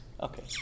Okay